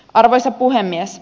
arvoisa puhemies